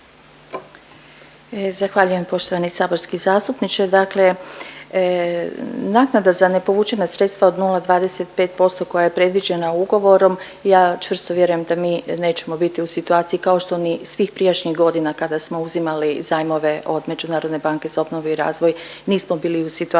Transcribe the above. Zahvaljujem poštovani saborski zastupniče. Dakle naknada za nepovučena sredstva od 0,25% koja je predviđena ugovorom, ja čvrsto vjerujem da mi nećemo biti u situaciji, kao što ni svih prijašnjih godina, kada smo uzimali zajmove od Međunarodne banke za obnovu i razvoj nismo bili u situaciji